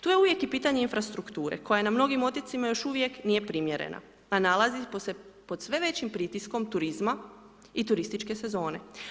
Tu je uvijek i pitanje i infrastrukture koja na mnogim otocima još uvijek nije primjerena, a nalazimo se pod sve većim pritiskom turizma i turističke sezone.